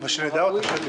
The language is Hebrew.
בתנאי הפרישה.